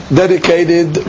dedicated